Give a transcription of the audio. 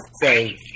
say